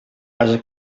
ase